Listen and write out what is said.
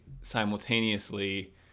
simultaneously